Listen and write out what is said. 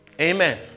Amen